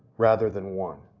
rather than one,